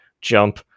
jump